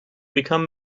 become